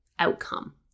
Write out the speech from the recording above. outcome